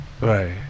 Right